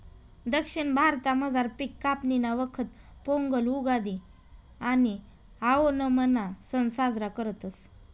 दक्षिण भारतामझार पिक कापणीना वखत पोंगल, उगादि आणि आओणमना सण साजरा करतस